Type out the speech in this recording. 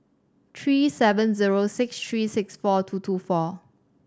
three seven zero six three six four two two four